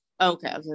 Okay